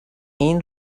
این